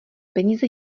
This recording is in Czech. peníze